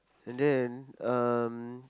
and then um